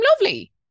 lovely